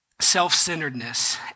self-centeredness